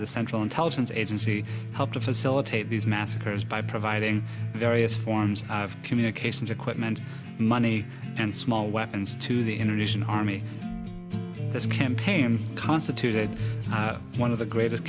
the central intelligence agency helped to facilitate these massacres by providing various forms of communications equipment money and small weapons to the in addition army this campaign constituted one of the greatest